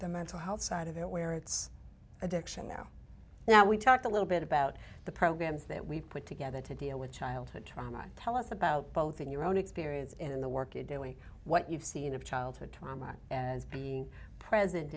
the mental health side of it where it's addiction now now we talked a little bit about the programs that we've put together to deal with childhood trauma tell us about both in your own experience in the work you're doing what you've seen of childhood trauma as being president